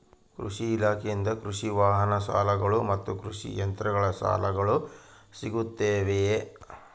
ಕೃಷಿ ಇಲಾಖೆಯಿಂದ ಕೃಷಿ ವಾಹನ ಸಾಲಗಳು ಮತ್ತು ಕೃಷಿ ಯಂತ್ರಗಳ ಸಾಲಗಳು ಸಿಗುತ್ತವೆಯೆ?